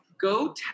Go